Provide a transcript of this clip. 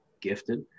gifted